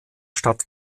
stadt